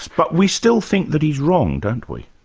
but we still think that he's wrong, don't we?